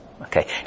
Okay